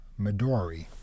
Midori